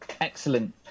Excellent